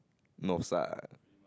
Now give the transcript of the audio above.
north side